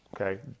okay